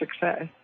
success